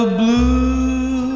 blue